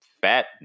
fat